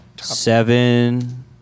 seven